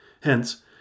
Hence